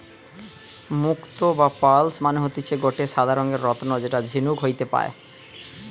মুক্তো বা পার্লস মানে হতিছে গটে সাদা রঙের রত্ন যেটা ঝিনুক হইতে পায়